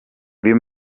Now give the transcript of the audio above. wir